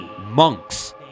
monks